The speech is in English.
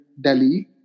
Delhi